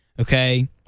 Okay